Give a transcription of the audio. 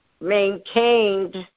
maintained